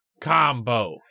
Combo